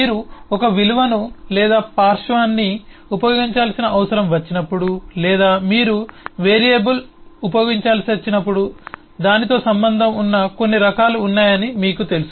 మీరు ఒక విలువను లేదా పార్శ్వాన్ని ఉపయోగించాల్సిన అవసరం వచ్చినప్పుడు లేదా మీరు వేరియబుల్ ఉపయోగించాల్సినప్పుడు దానితో సంబంధం ఉన్న కొన్ని రకాలు ఉన్నాయని మీకు తెలుసు